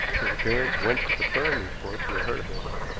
his appearance went to confirm the reports we had heard of him.